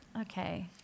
Okay